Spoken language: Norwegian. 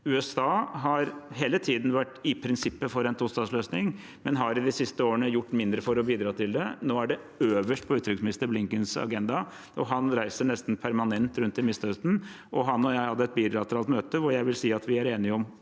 USA har hele tiden i prinsippet vært for en tostatsløsning, men har de siste årene gjort mindre for å bidra til det. Nå er det øverst på utenriksminister Blinkens agenda, og han reiser nesten permanent rundt i Midtøsten. Han og jeg hadde et bilateralt møte hvor jeg vil si at vi er enige om